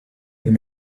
them